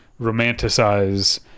romanticize